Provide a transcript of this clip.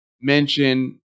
mention